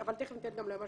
אבל תכף ניתן ליועמ"ש